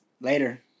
Later